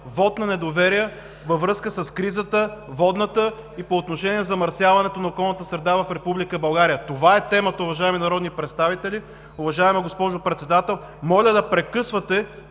„Вот на недоверие във връзка с водната криза и по отношение на замърсяването на околната среда в Република България“. Това е темата, уважаеми народни представители. Уважаема госпожо Председател, моля да прекъсвате